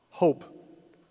Hope